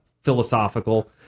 philosophical